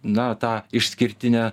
na tą išskirtinę